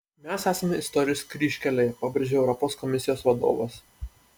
mes esame istorijos kryžkelėje pabrėžė europos komisijos vadovas